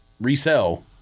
resell